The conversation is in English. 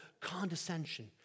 condescension